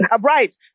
right